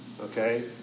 Okay